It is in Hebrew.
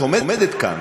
את עומדת כאן,